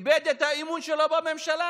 איבד את האמון שלו בממשלה.